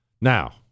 Now